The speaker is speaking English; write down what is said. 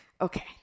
Okay